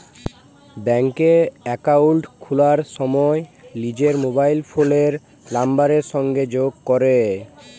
ব্যাংকে একাউল্ট খুলার সময় লিজের মবাইল ফোলের লাম্বারের সংগে যগ ক্যরা